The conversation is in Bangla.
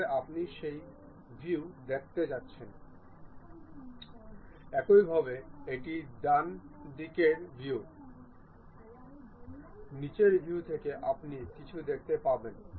এবং এই সর্বনিম্ন মানের জন্য এটি বিয়োগ 70 এ যেতে পারে